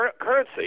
currency